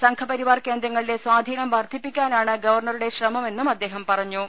സംഘപരിവാർ കേന്ദ്രങ്ങളിലെ സ്വാധീനം വർധിപ്പിക്കാനാണ് ഗവർണറുടെ ശ്രമ മെന്നും അദ്ദേഹം പറഞ്ഞു